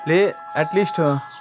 ले एटलिस्ट